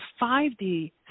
5D